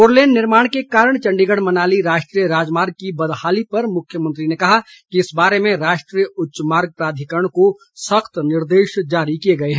four lane निर्माण के कारण चण्डीगढ़ मनाली राष्ट्रीय राजमार्ग की बदहाली पर मुख्यमंत्री ने कहा कि इस बारे में राष्ट्रीय उच्च मार्ग प्राधिकरण को सख्त निर्देश जारी किए गए हैं